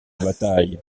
bataille